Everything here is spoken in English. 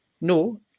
no